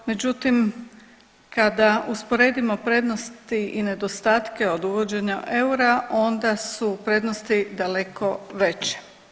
Međutim, kada usporedimo prednosti i nedostatke od uvođenja eura onda su prednosti daleko veće.